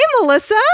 Melissa